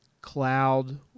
cloud